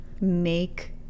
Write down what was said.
make